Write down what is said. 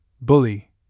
Bully